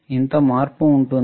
ఇంత మార్పు ఉంటుంది